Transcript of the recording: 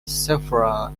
several